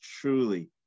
truly